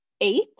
Eight